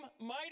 mighty